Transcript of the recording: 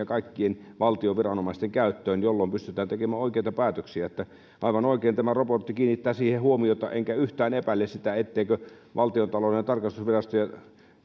kaikkien valtion viranomaisten käyttöön jolloin pystytään tekemään oikeita päätöksiä aivan oikein tämä robotti kiinnittää siihen huomiota enkä yhtään epäile sitä etteikö valtiontalouden tarkastusvirasto ja